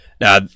Now